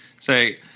Say